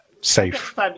safe